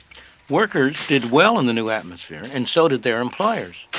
workers did well in the new atmosphere, and so did their employers.